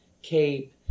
cape